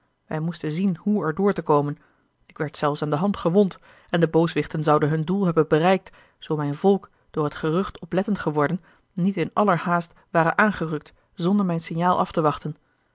wij moesten zien hoe er door te komen ik werd zelfs aan de hand gewond en de booswichten zouden hun doel hebben bereikt zoo mijn volk door het gerucht oplettend geworden niet in aller haast ware aangerukt zonder mijn signaal af te wachten